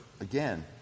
again